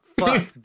fuck